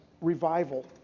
revival